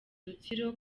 rutsiro